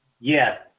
Yes